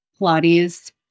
Pilates